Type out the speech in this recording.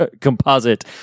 composite